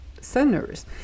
centers